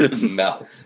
No